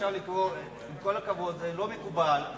עם כל הכבוד, זה לא מקובל.